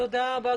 תודה רבה,